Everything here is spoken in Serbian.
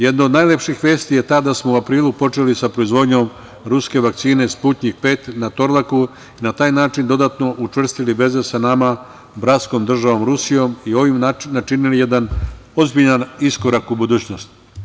Jedna od najlepših vesti je ta da smo u aprilu počeli sa proizvodnjom ruske vakcine „Sputnjik V“ na Torlaku i na taj način dodatno učvrstili veze sa nama bratskom državom Rusijom i ovim načinili jedan ozbiljan iskorak u budućnost.